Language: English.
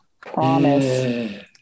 promise